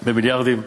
במיליארדים.